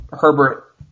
Herbert